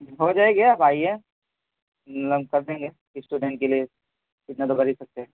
ہو جائے گی آپ آئیے ہم کر دیں گے اسٹوڈنٹ کے لیے اتنا تو کر ہی سکتے